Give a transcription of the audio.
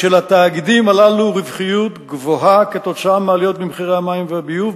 שלתאגידים הללו רווחיות גבוהה כתוצאה מעליות במחירי המים והביוב,